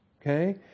okay